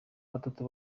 batatu